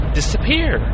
disappear